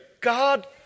God